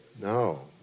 No